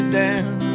down